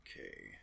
Okay